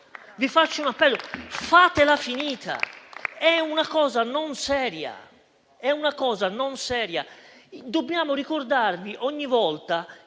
Vi rivolgo un appello: fatela finita. È una cosa non seria. Dobbiamo ricordarvi ogni volta